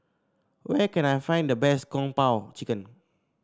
where can I find the best Kung Po Chicken